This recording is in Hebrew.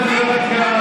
אני יודע מה זה רב-קו,